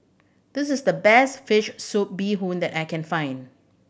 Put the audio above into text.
this is the best fish soup bee hoon that I can find